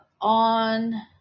on